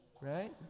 Right